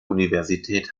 universität